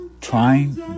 trying